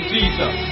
Jesus